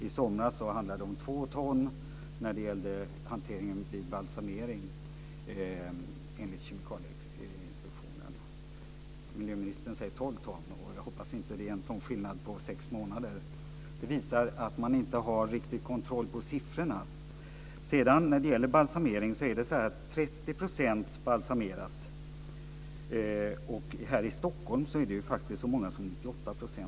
I somras uppgav Kemikalieinspektionen att hanteringen vid balsamering krävde två ton. Miljöministern säger tolv ton. Jag hoppas att det inte blivit en sådan ökning på sex månader. Detta visar att man inte riktigt har kontroll på siffrorna. Vad gäller balsamering kan vidare nämnas att 30 % av de avlidna balsameras, men här i Stockholm är det faktiskt så många som 98 %.